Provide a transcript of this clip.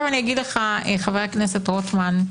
אני אגיד לך עכשיו, חבר הכנסת רוטמן,